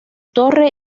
torre